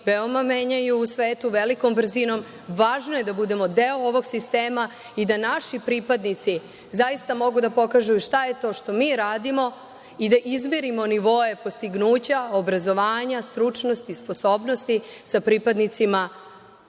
veoma menjaju u svetu velikom brzinom. Važno je da budemo deo ovog sistema i da naši pripadnici zaista mogu da pokažu šta je to što mi radimo i da izmirimo nivoe postignuća, obrazovanja, stručnosti, sposobnosti sa pripadnicima